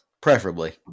Preferably